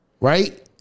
Right